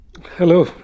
Hello